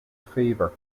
fever